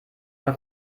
man